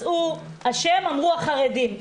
מצאו אשם, אמרו החרדים.